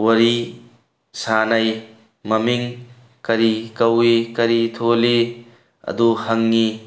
ꯋꯥꯔꯤ ꯁꯥꯟꯅꯩ ꯃꯃꯤꯡ ꯀꯔꯤ ꯀꯧꯏ ꯀꯔꯤ ꯊꯣꯜꯂꯤ ꯑꯗꯨ ꯍꯪꯉꯤ